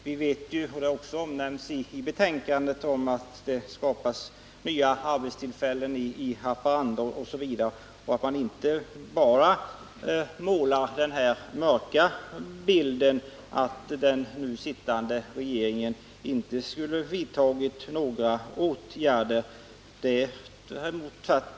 Vi vet ju — det har också omnämnts i betänkandet — att det t.ex. skapas nya arbetstillfällen i Haparanda. Man skall inte bara måla den mörka bilden och säga att den nu sittande regeringen inte skulle ha vidtagit några åtgärder.